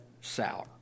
sour